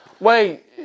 Wait